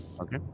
Okay